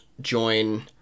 join